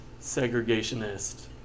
segregationist